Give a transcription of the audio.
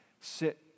sit